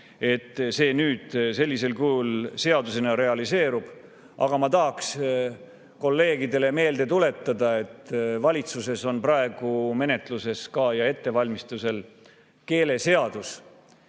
–, nüüd sellisel kujul seadusena realiseerub. Aga ma tahaks kolleegidele meelde tuletada, et valitsuses on praegu menetluses ka ja ettevalmistusel keeleseadus.